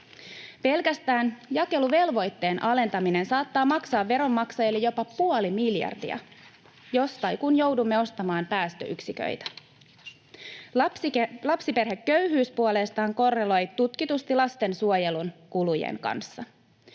Pelkästään jakeluvelvoitteen alentaminen saattaa maksaa veronmaksajille jopa puoli miljardia, jos ja kun joudumme ostamaan päästöyksiköitä. Lapsiperheköyhyys puolestaan korreloi tutkitusti lastensuojelun kulujen kanssa.